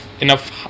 enough